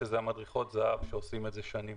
שאלה הן מדריכות הזה"ב שעושות את זה שנים.